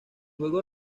juego